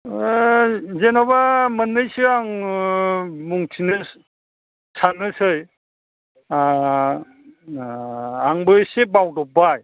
जेनेबा मोननैसो आं बुंथिनो साननोसै आंबो इसे बावदब्बाय